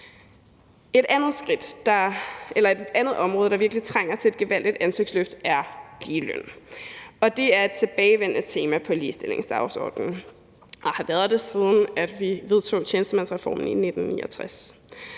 Et andet område, der virkelig trænger til et gevaldigt ansigtsløft, er ligeløn, og det er et tilbagevendende tema på ligestillingsdagsordenen og har været det, siden vi vedtog tjenestemandsreformen i 1969.